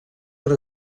per